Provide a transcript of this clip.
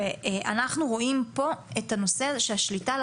ואנחנו רואים פה את הנושא שהשליטה על